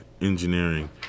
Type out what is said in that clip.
engineering